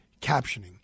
captioning